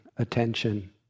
attention